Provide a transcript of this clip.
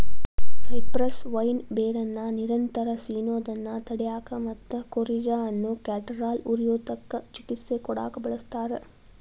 cypress vine ಬೇರನ್ನ ನಿರಂತರ ಸಿನೋದನ್ನ ತಡ್ಯಾಕ ಮತ್ತ ಕೋರಿಜಾ ಅನ್ನೋ ಕ್ಯಾಟರಾಲ್ ಉರಿಯೂತಕ್ಕ ಚಿಕಿತ್ಸೆ ಕೊಡಾಕ ಬಳಸ್ತಾರ